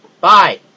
Bye